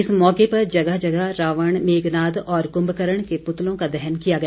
इस मौके पर जगह जगह रावण मेघनाद और कंभकरण के पूतलों का दहन किया गया